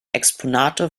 exponate